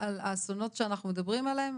על האסונות שאנחנו מדברים עליהם?